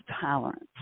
tolerance